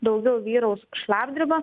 daugiau vyraus šlapdriba